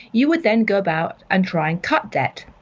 you would then go about and try and cut debt.